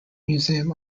museum